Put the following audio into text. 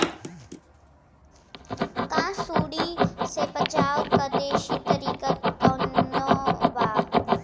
का सूंडी से बचाव क देशी तरीका कवनो बा?